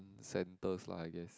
centres lah I guess